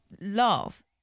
Love